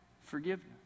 Forgiveness